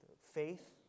faith